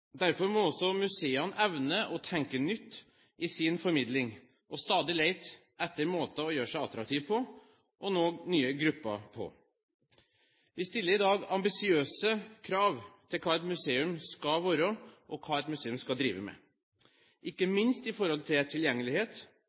Derfor må også museene evne å tenke nytt i sin formidling, og stadig lete etter måter å gjøre seg attraktive på og nå nye grupper på. Vi stiller i dag ambisiøse krav til hva et museum skal være, og hva et museum skal drive med, ikke minst når det gjelder tilgjengelighet.